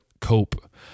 cope